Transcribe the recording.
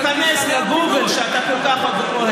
אם תיכנס לגוגל, שאתה כל כך אוהב,